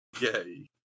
Yay